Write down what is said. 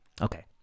okay